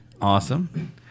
Awesome